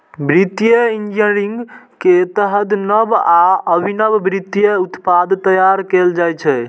वित्तीय इंजीनियरिंग के तहत नव आ अभिनव वित्तीय उत्पाद तैयार कैल जाइ छै